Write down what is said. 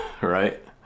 right